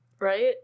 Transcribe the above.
right